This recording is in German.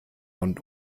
und